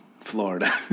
Florida